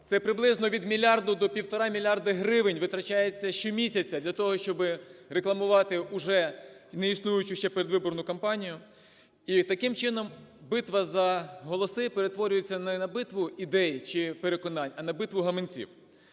Це приблизно від мільярда до півтора мільярда гривень витрачається щомісяця для того, щоб рекламувати вже неіснуючу ще передвиборну кампанію. І таким чином битва за голоси перетворюється не на битву ідей чи переконань, а на битву гаманців.